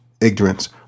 ignorance